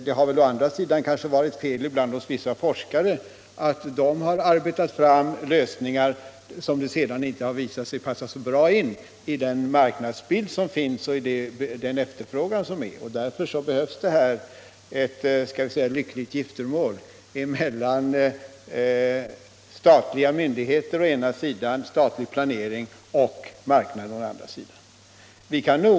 Det har väl å andra sidan ibland varit ett fel hos vissa forskare att de lösningar de arbetat fram sedan visat sig inte passa in så bra i den existerande marknadsoch efterfrågebilden. Därför behövs ett ”lyckligt giftermål” mellan å ena sidan statliga myndigheter och statlig planering och å andra sidan marknaden.